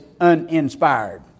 uninspired